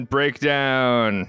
Breakdown